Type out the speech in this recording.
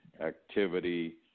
activity